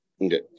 okay